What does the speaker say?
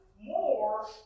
more